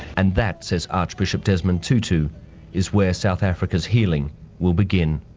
and that says archbishop desmond tutu is where south africa's healing will begin.